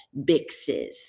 bixes